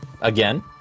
again